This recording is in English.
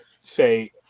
say